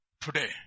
today